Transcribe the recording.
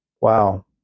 wow